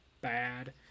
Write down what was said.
bad